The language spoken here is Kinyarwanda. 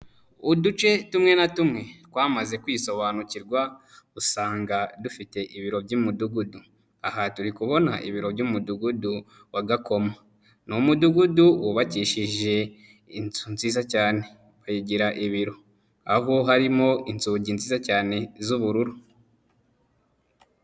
Uduce tumwe na tumwe twamaze kwisobanukirwa, usanga dufite ibiro by'umudugudu. Aha turi kubona ibiro by'umudugudu wa Gakoma. Ni umudugudu wubakishije inzu nziza cyane bayigira ibiro, aho harimo inzugi nziza cyane z'ubururu.